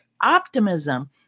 optimism